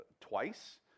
twice